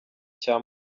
cya